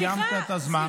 סליחה, סליחה.